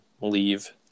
leave